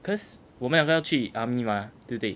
cause 我们要不要去 army mah 对不对